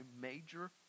major